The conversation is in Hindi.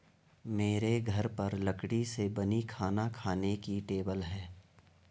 मेरे घर पर लकड़ी से बनी खाना खाने की टेबल है